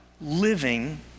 living